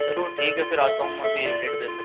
चलो ठीक है फिर आता हूँ मैं अभी एक डेढ़ बजे तक